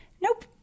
Nope